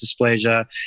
dysplasia